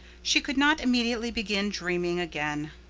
she could not immediately begin dreaming again.